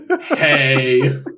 Hey